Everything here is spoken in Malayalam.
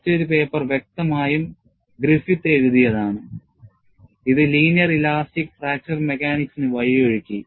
മറ്റൊരു പേപ്പർ വ്യക്തമായും ഗ്രിഫിത്ത് എഴുതിയതാണ് ഇത് ലീനിയർ ഇലാസ്റ്റിക് ഫ്രാക്ചർ മെക്കാനിക്സിന് വഴിയൊരുക്കി